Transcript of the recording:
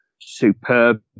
superb